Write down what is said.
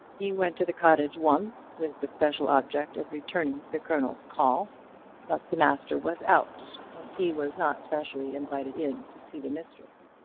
he went to the cottage once, with the special object of returning the colonel's call but the master was out, and he was not specially invited in to see the mistress.